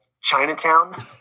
Chinatown